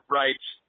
rights